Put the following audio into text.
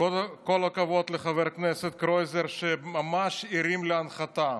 כל הכבוד לחבר הכנסת קרויזר, שממש הרים להנחתה.